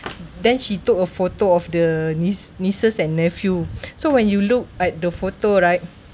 then she took a photo of the niece nieces and nephew so when you look at the photo right